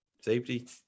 safety